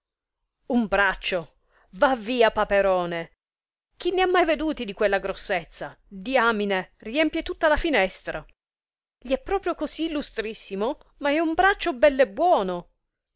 un braccio va via paperone chi ne ha mai veduti di quella grossezza diamine riempie tutta la finestra gli è proprio così lustrissimo ma è un braccio bell'e buono